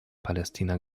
palästina